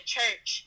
church